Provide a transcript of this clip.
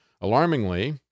Alarmingly